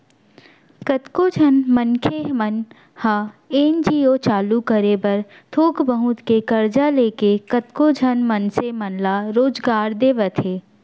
कतको झन मनखे मन ह एन.जी.ओ चालू करे बर थोक बहुत के करजा लेके कतको झन मनसे मन ल रोजगार देवत हे